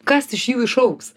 kas iš jų išaugs